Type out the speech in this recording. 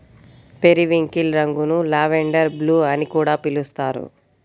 periwinkle రంగును lavender blue అని కూడా పిలుస్తారు